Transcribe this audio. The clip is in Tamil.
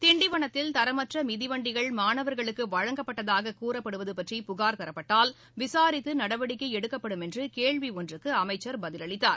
திண்டிவனத்தில் தரமற்ற மிதிவண்டிகள் மாணவர்களுக்கு வழங்கப்பட்டதாக கூறப்படுவது பற்றி புகார் தரப்பட்டால் விசாரித்து நடவடிக்கை எடுக்கப்படும் என்று கேள்வி ஒன்றுக்கு அமைச்சர் பதிலளித்தார்